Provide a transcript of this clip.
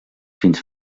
fins